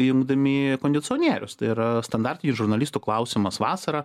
įjungdami kondicionierius tai yra standartinis žurnalistų klausimas vasarą